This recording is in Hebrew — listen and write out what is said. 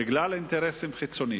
בגלל אינטרסים חיצוניים.